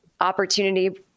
opportunity